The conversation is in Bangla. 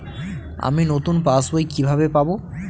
আমি নতুন পাস বই কিভাবে পাব?